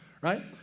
right